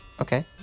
Okay